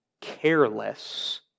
careless